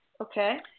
Okay